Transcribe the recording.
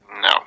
No